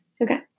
Okay